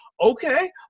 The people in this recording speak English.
okay